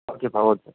ஓகேப்பா ஓகே